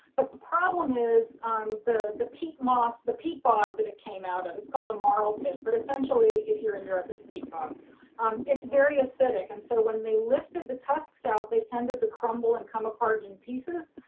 but the problem is eleanor harvey the, the peat moss, the people, ah but it came out and it's called a moral pit. but essentially, if you're in europe, it's peatbog it's very acidic. and so when they lifted the tusks out, they tended to crumble and come apart in pieces.